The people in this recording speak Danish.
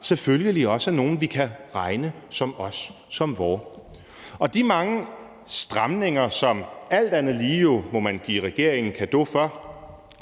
selvfølgelig også er nogle, vi kan regne som os, som vor. De mange stramninger, som man jo alt andet lige må give regeringen cadeau for,